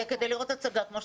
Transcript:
כדי לראות הצגה כמו שצריך.